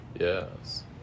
Yes